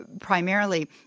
primarily